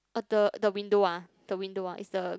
uh the the window ah the window ah is the